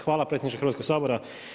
Hvala predsjedniče Hrvatskog sabora.